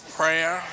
prayer